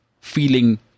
feeling